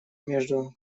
между